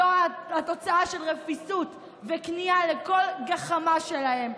זו התוצאה של רפיסות וכניעה לכל גחמה שלהם.